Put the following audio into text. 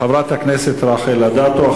חברת הכנסת רחל אדטו.